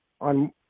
on